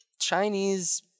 Chinese